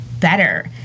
better